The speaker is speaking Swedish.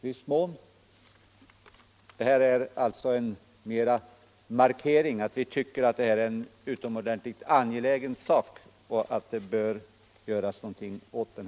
Reservationen —-- är alltså att uppfatta mera som en markering av att vi tycker att detta — Sjukförsäkringsförär en utomordentligt angelägen sak och att någonting bör göras åt den.